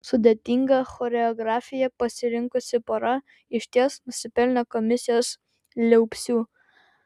sudėtingą choreografiją pasirinkusi pora išties nusipelnė komisijos liaupsių